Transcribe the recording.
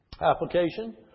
application